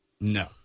No